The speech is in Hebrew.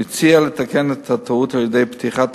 והציע לתקן את הטעות על-ידי פתיחת